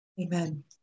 Amen